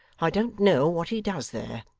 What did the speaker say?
i don't know what he does there.